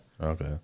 okay